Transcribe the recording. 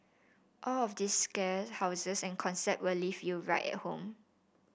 all of these scare houses and concept will leave you right at home